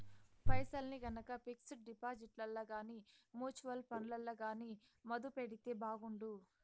పైసల్ని గనక పిక్సుడు డిపాజిట్లల్ల గానీ, మూచువల్లు ఫండ్లల్ల గానీ మదుపెడితే బాగుండు